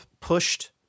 pushed